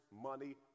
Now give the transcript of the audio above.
money